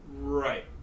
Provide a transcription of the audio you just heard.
Right